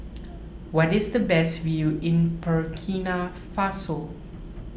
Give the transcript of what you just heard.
where is the best view in Burkina Faso